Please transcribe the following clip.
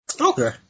Okay